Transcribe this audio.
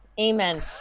amen